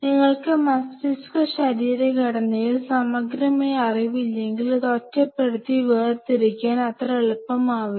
നിങ്ങൾക്ക് മസ്തിഷ്ക ശരീരഘടനയിൽ സമഗ്രമായ അറിവില്ലെങ്കിൽ ഇത് ഒറ്റപ്പെടുത്തി വേർതിരിച്ചെടുക്കാൻ അത്ര എളുപ്പമല്ല